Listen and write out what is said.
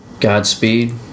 Godspeed